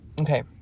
okay